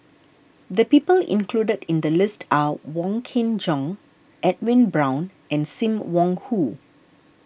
the people included in the list are Wong Kin Jong Edwin Brown and Sim Wong Hoo